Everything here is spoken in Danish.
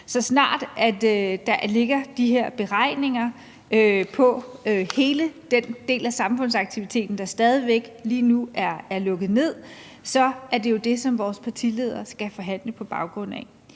Så snart der ligger de her beregninger på hele den del af samfundsaktiviteten, der stadig væk lige nu er lukket ned, så er det jo det, som vores partiledere skal forhandle på baggrund af.